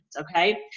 okay